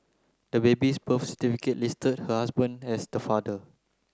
the baby's birth certificate listed her husband as the father